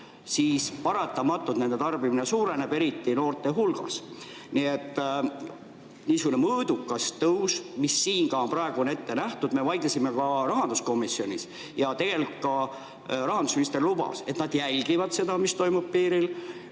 siis paratamatult tarbimine suureneb, eriti noorte hulgas. Niisugune mõõdukas tõus on siin praegu on ette nähtud. Me vaidlesime ka rahanduskomisjonis. Tegelikult rahandusminister lubas, et nad jälgivad seda, mis toimub piiril,